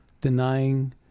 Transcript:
denying